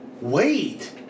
Wait